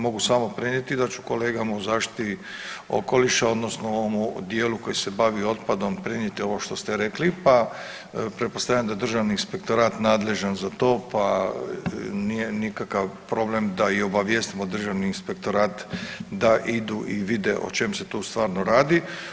Mogu samo prenijeti da ću kolegama u zaštiti okoliša odnosno u onom dijelu koji se bavi otpadom prenijeti ovo što ste rekli pa pretpostavljam da državni inspektorat nadležan za to pa nije nikakav problem da i obavijestimo državni inspektorat da idu i vide o čemu se tu stvarno radi.